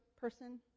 person